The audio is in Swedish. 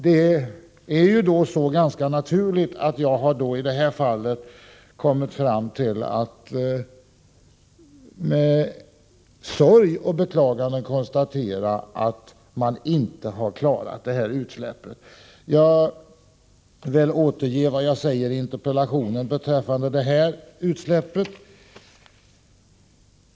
Det är således ganska naturligt att jag med sorg och beklagande konstaterar att man i fallet Eira inte klarade av det utsläpp som då skedde. Jag vill återge vad jag säger i min interpellation beträffande det här utsläppet.